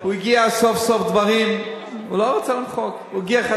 הוא הגיע סוף-סוף לדברים, הוא לא רצה למחוק.